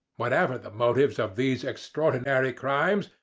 whatever the motives of these extraordinary crimes,